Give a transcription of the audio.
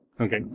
Okay